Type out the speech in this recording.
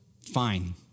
fine